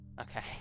Okay